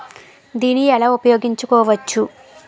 దీన్ని ఎలా ఉపయోగించు కోవచ్చు?